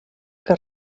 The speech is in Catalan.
que